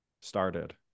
started